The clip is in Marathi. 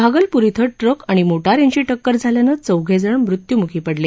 भागलपूर इथं ट्रक आणि मोटार यांची टक्कर झाल्यानं चौघेजण मृत्यूमुखी पडले